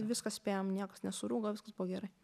viską spėjom niekas nesurūgo viskas buvo gerai